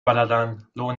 بلدن، لو